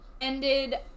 ended